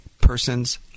person's